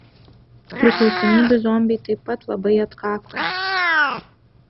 priklausomybių zombiai taip pat labai atkaklūs